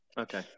Okay